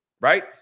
right